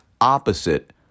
opposite